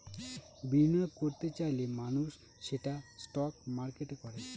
বিনিয়োগ করত চাইলে মানুষ সেটা স্টক মার্কেটে করে